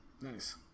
Nice